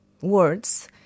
words